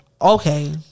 Okay